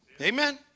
Amen